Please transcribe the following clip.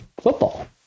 football